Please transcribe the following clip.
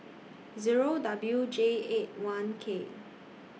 Zero W J eight one K